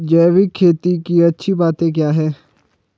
जैविक खेती की अच्छी बातें क्या हैं?